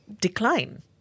decline